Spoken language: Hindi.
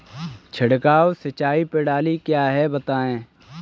छिड़काव सिंचाई प्रणाली क्या है बताएँ?